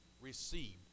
received